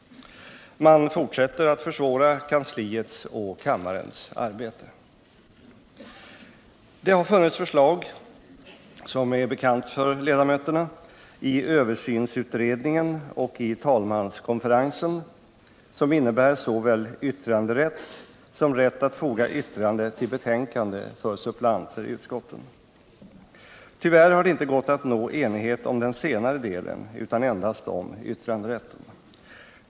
Man fortsätter att försvåra kansliets och kammarens arbete. Som är bekant för ledamöterna har det i utredningen angående en allmän översyn av riksdagens arbetsformer och i talmanskonferensen funnits förslag som innebär såväl yttranderätt som rätt för suppleanter i utskotten att foga yttrande till betänkande. Tyvärr har det inte gått att nå enighet i den senare delen utan endast i fråga om yttranderätten.